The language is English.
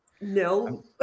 No